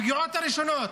הפגיעות הראשונות